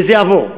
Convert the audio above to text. וזה יעבור.